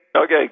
Okay